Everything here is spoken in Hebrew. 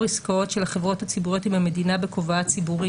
עסקאות של החברות הציבוריות עם המדינה בכובעה הציבורי